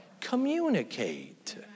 Communicate